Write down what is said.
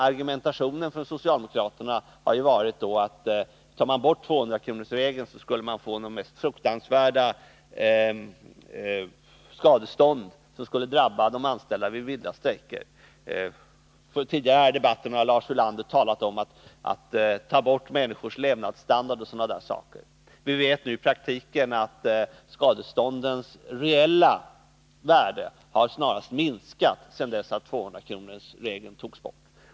Argumentationen från socialdemokraterna har gått ut på att om man tar bort 200-kronorsregeln skulle de mest fruktansvärda skadestånd drabba de anställda vid vilda strejker. Tidigare här i debatten har Lars Ulander talat om försämring av människors levnadsstandard och sådana där saker. Vi vet nu att i praktiken har skadeståndens reella värde snarast minskat sedan 200-kronorsregeln togs bort.